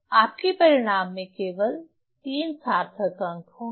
आपके परिणाम में केवल 3 सार्थक अंक होंगे